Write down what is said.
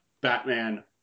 Batman